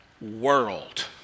world